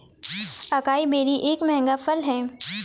acai berry एक महंगा फल है